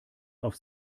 auf